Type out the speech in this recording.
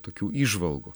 tokių įžvalgų